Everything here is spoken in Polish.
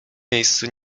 miejscu